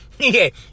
Okay